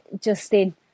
Justin